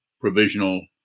provisional